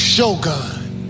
Shogun